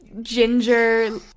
ginger